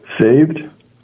saved